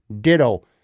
ditto